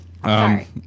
Sorry